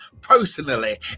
personally